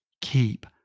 keep